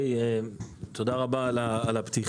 (מוצגת מצגת) תודה רבה על הפתיחה.